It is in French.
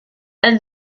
elle